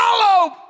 follow